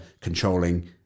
controlling